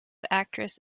actress